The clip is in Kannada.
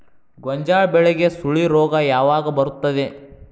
ಗೋಂಜಾಳ ಬೆಳೆಗೆ ಸುಳಿ ರೋಗ ಯಾವಾಗ ಬರುತ್ತದೆ?